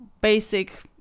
basic